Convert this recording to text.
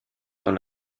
dans